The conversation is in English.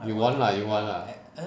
you want lah you want